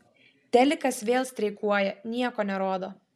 telikas vėl streikuoja nieko nerodo